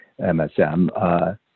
MSM